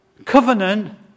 Covenant